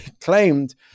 claimed